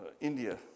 India